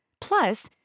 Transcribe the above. Plus